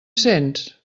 sents